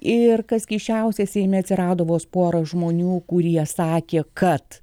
ir kas keisčiausia seime atsirado vos porą žmonių kurie sakė kad